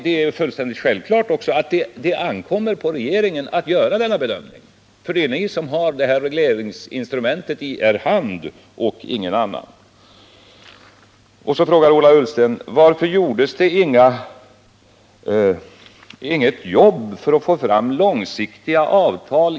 Det är också fullkomligt självklart att det ankommer på regeringen att göra den här bedömningen — det är nämligen ni och ingen annan som har regleringsinstrumentet i er hand. Vidare frågar Ola Ullsten: Varför gjordes ingenting i trepartiregeringen för att få fram långsiktiga avtal?